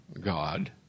God